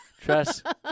trust